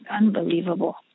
unbelievable